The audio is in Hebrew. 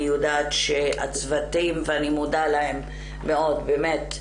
אני יודעת שהצוותים ואני מאוד מודה להם גם